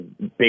big